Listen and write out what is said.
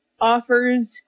offers